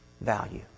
value